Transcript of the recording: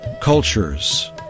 cultures